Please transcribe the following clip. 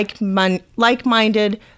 like-minded